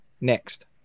next